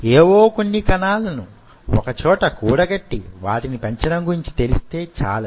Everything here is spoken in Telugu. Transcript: ఏవో కొన్ని కణాలను వొకచోట కూడగట్టి వాటిని పెంచడం గురించి తెలిస్తే చాలదు